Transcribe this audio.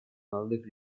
молодых